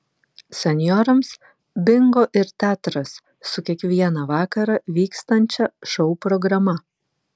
senjorams bingo ir teatras su kiekvieną vakarą vykstančia šou programa